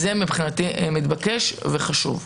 זה מבחינתי מתבקש וחשוב.